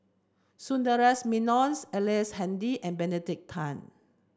Sundaresh Menon Ellice Handy and Benedict Tan